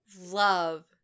love